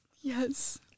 Yes